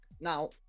Now